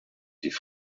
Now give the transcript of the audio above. die